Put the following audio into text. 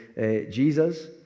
Jesus